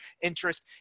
interest